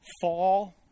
fall